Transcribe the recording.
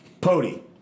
Pody